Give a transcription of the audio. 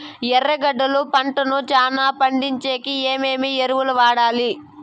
ఎర్రగడ్డలు పంటను చానా పండించేకి ఏమేమి ఎరువులని వాడాలి?